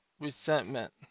resentment